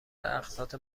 اقساط